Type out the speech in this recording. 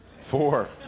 four